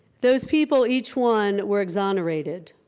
those people, each one were exonerated.